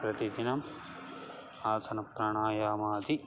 प्रतिदिनम् आसनप्राणायामादि